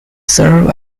serve